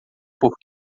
por